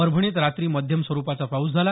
परभणीत रात्री मध्यम स्वरूपाचा पाऊस झाला